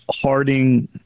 harding